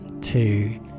two